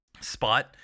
spot